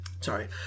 sorry